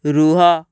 ରୁହ